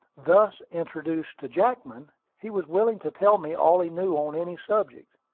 thus introduced to jackman, he was willing to tell me all he knew on any subject.